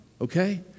okay